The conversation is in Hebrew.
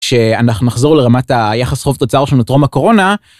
שאנחנו נחזור לרמת היחס חוב תוצר שלנו טרום הקורונה.